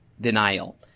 denial